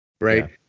Right